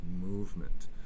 movement